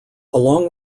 along